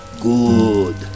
Good